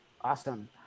Awesome